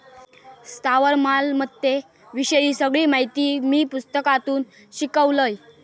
स्थावर मालमत्ते विषयी सगळी माहिती मी पुस्तकातून शिकलंय